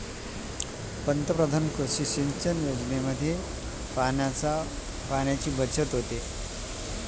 पंतपरधान कृषी सिंचन योजनामा पाणीनी बचत व्हस